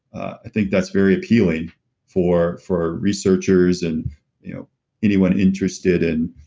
i think that's very appealing for for researchers and you know anyone interested in